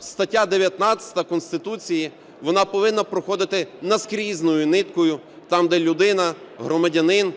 стаття 19 Конституції, вона повинна проходити наскрізною ниткою там, де людина, громадянин